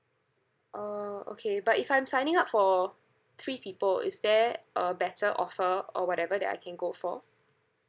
orh okay but if I'm signing up for three people is there a better offer or whatever that I can go for